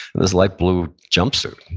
in this light blue jump suit,